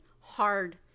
hard